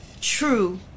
true